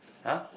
!huh!